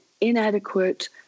inadequate